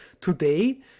Today